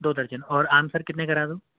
دو درجن اور آم سر کتنے کرا دوں